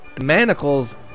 manacles